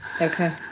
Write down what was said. Okay